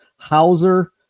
Hauser